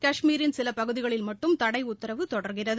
கஷ்மிரின் சில பகுதிகளில் மட்டும் தடை உத்தரவு தொடர்கிறது